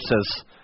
says